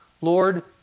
Lord